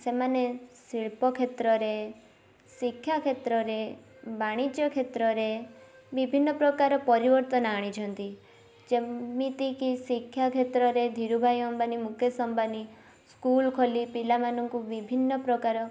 ସେମାନେ ଶିଳ୍ପକ୍ଷେତ୍ରରେ ଶିକ୍ଷାକ୍ଷେତ୍ରରେ ବାଣିଜ୍ୟ କ୍ଷେତ୍ରରେ ବିଭିନ୍ନ ପ୍ରକାର ପରିବର୍ତ୍ତନ ଆଣିଛନ୍ତି ଯେମିତିକି ଶିକ୍ଷାକ୍ଷେତ୍ରରେ ଧିରୁଭାଇ ଅମ୍ବାନୀ ମୁକେଶ ଅମ୍ବାନୀ ସ୍କୁଲ ଖୋଲି ପିଲାମାନଙ୍କୁ ବିଭିନ୍ନ ପ୍ରକାର